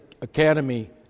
academy